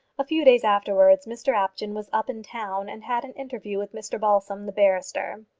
a few days afterwards mr apjohn was up in town and had an interview with mr balsam, the barrister.